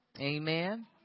Amen